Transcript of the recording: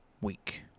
week